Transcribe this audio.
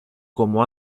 como